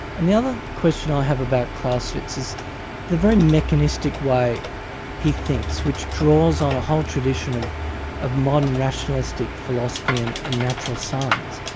and the other question i have about clausewitz is the very mechanistic way he thinks, which draws on a whole tradition of of modern rationalistic philosophy and ah natural science,